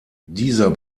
dieser